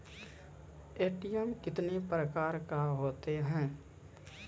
ATM कितने प्रकार का होता हैं?